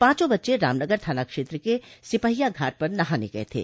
पांचों बच्चे रामनगर थाना क्षेत्र के सिपहिया घाट पर नहाने गए थे